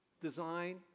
design